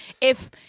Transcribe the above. if-